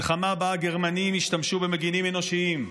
מלחמה שבה הגרמנים השתמשו במגינים אנושיים,